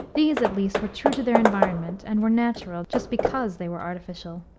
these, at least, were true to their environment, and were natural, just because they were artificial.